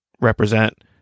represent